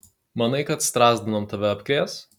manai kad strazdanom tave apkrės